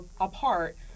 apart